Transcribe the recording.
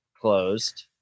closed